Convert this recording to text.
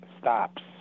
stops